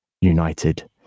united